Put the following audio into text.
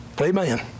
Amen